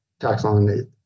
taxon